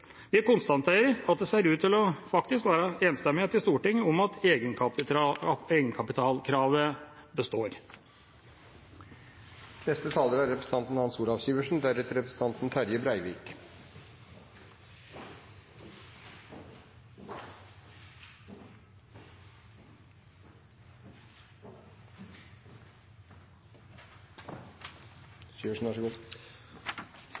Vi konstaterer at det ser ut til faktisk å være enstemmighet i Stortinget om at egenkapitalkravet består. Når det gjelder «trykkfeilen» som representanten